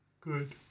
Good